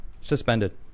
suspended